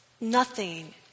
nothing